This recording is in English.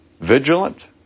vigilant